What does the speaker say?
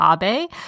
Abe